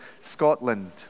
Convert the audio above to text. Scotland